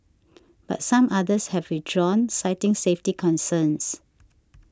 but some others have withdrawn citing safety concerns